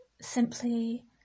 simply